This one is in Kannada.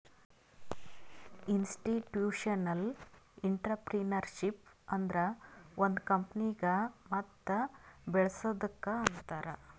ಇನ್ಸ್ಟಿಟ್ಯೂಷನಲ್ ಇಂಟ್ರಪ್ರಿನರ್ಶಿಪ್ ಅಂದುರ್ ಒಂದ್ ಕಂಪನಿಗ ಮತ್ ಬೇಳಸದ್ದುಕ್ ಅಂತಾರ್